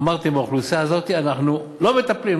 אמרתם: באוכלוסייה הזאת אנחנו לא מטפלים,